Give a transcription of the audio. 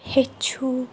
ہیٚچھِو